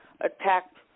attacked